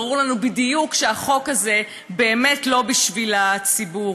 ברור לנו בדיוק שהחוק הזה באמת לא בשביל הציבור,